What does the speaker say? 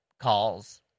calls